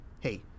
Hey